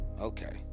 Okay